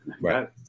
right